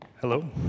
Hello